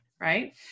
Right